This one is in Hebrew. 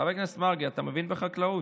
חבר הכנסת מרגי, אתה מבין בחקלאות?